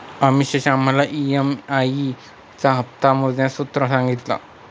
अमीषाने आम्हाला ई.एम.आई चा हप्ता मोजण्यासाठीचे सूत्र सांगितले